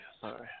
Sorry